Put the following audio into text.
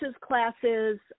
classes